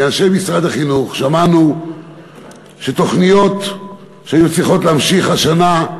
מאנשי משרד החינוך שמענו שתוכניות שהיו צריכות להימשך השנה,